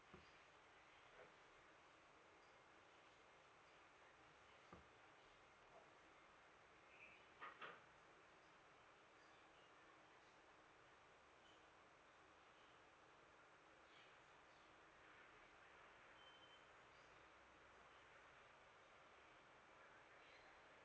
mm